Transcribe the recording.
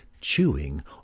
chewing